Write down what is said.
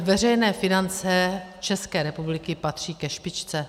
Veřejné finance České republiky patří ke špičce.